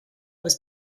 was